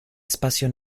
espacio